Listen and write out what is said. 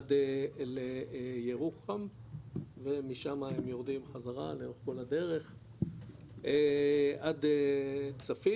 עד ירוחם ומשמה הם יורדים חזרה לאורך כל הדרך עד דימונה,